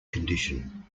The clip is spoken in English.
condition